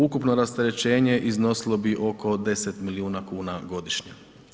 Ukupno rasterećenje iznosilo bi oko 10 milijuna kuna godišnje.